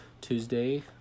Tuesday